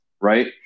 right